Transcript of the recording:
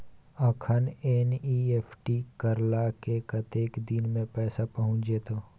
अखन एन.ई.एफ.टी करला से कतेक दिन में पैसा पहुँच जेतै?